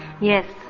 Yes